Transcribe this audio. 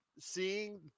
Seeing